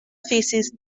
thesis